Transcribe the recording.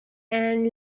and